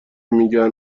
میگن